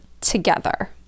together